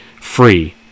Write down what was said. free